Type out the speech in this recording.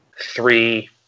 three